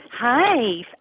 Hi